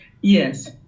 Yes